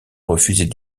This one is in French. refuser